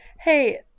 Hey